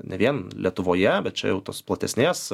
ne vien lietuvoje bet čia jau tos platesnės